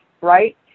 right